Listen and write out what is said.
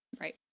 Right